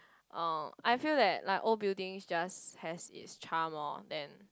uh I feel that like old buildings just has its charm [oth] then